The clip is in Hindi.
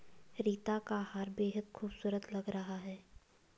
रीता का हार बेहद खूबसूरत लग रहा है